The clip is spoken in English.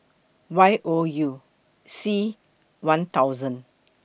Y O U C one thousand